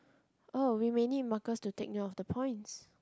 oh we may need markers to take note of the points